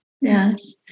Yes